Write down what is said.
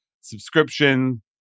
subscription